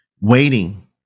waiting